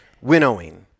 winnowing